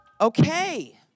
Okay